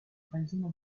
paesino